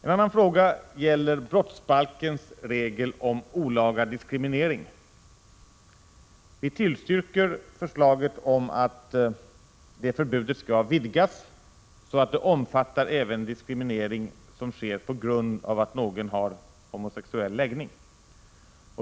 En annan fråga gäller brottsbalkens regel om olaga diskriminering. Vi tillstyrker förslaget om att det förbudet skall vidgas så att det omfattar även diskriminering som sker på grund av att någon har homosexuell läggning.